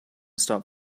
stop